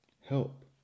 Help